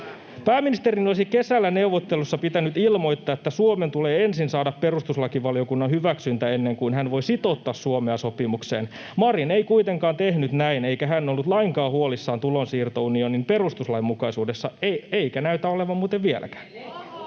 Pääministerin olisi kesällä neuvotteluissa pitänyt ilmoittaa, että Suomen tulee ensin saada perustuslakivaliokunnan hyväksyntä ennen kuin hän voi sitouttaa Suomea sopimukseen. Marin ei kuitenkaan tehnyt näin, eikä hän ollut lainkaan huolissaan tulonsiirtounionin perustuslainmukaisuudesta — eikä näytä olevan muuten vieläkään.